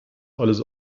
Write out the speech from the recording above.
alles